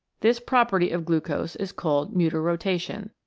this property of glucose is called mutarotation.